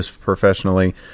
professionally